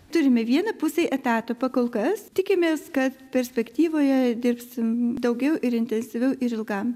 turime vieną pusei etato kol kas tikimės kad perspektyvoje dirbsim daugiau ir intensyviau ir ilgam